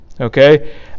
Okay